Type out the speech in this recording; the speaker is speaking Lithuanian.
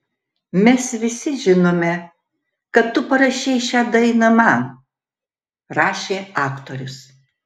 mes visi žinome kad tu parašei šią dainą man rašė aktorius